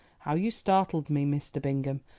how you startled me, mr. bingham!